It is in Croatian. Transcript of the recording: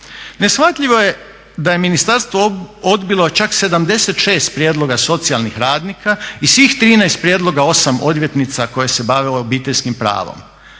Neshvatljivo je da je ministarstvo odbilo čak 76 prijedloga socijalnih radnika i svih 13 prijedloga 8 odvjetnica koje se bavilo obiteljskim pravom.